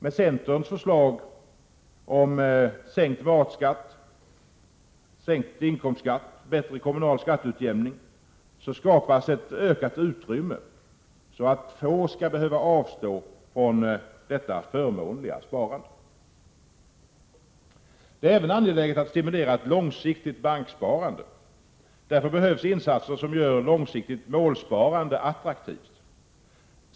Med centerns förslag om bl.a. sänkt matskatt, sänkning av inkomstskatten och bättre kommunal skatteutjämning skapas ett ökat utrymme, så att få skall behöva avstå från detta förmånliga sparande. Det är även angeläget att stimulera ett långsiktigt banksparande. Därför behövs insatser som gör långsiktigt målsparande attraktivt.